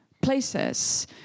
places